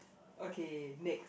okay next